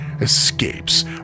escapes